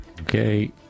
Okay